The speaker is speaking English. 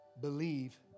believe